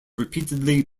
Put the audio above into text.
repeatedly